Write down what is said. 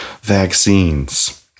vaccines